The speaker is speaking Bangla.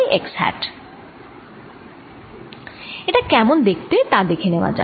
এটা কেমন দেখতে তা দেখে নেওয়া যাক